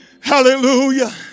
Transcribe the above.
hallelujah